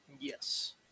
Yes